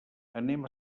anem